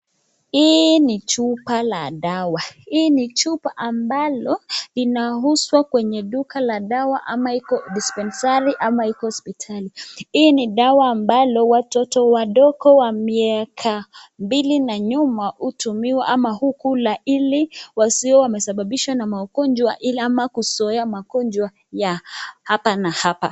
Hii ni chupa la dawa. Hii ni chupa ambalo linauzwa kwenye duka la dawa ama iko dispensari ama iko hospitali. Hii ni dawa ambalo watoto wadogo wa miaka miwili na nyuma hutumiwa ama hukula ili wasiwe wamesababishwa na magonjwa ila ama kuzoea magonjwa ya hapa na hapa.